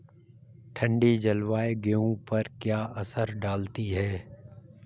ठंडी जलवायु गेहूँ पर क्या असर डालती है?